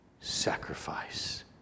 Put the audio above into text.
sacrifice